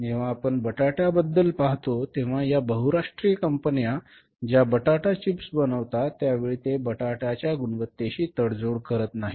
जेव्हा आपण बटाट्याबद्दल पाहतो तेव्हा या बहुराष्ट्रीय कंपन्या ज्या बटाटा चिप्स बनवतात त्यावेळी ते बटाटाच्या गुणवत्तेशी तडजोड करीत नाहीत